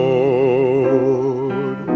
Lord